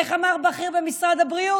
איך אמר בכיר במשרד הבריאות?